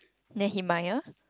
Nehemiah